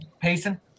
Payson